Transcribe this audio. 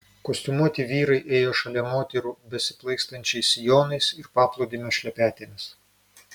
kostiumuoti vyrai ėjo šalia moterų besiplaikstančiais sijonais ir paplūdimio šlepetėmis